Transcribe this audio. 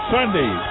Sunday